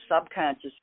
subconscious